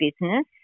business